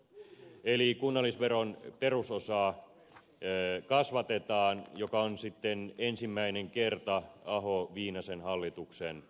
eli kunnallisveron perusosaa kasvatetaan ja tämä on ensimmäinen kerta sitten ahonviinasen hallituksen jälkeen